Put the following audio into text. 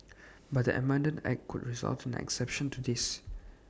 but the amended act could result an exception to this